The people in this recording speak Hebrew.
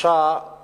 התחושה היא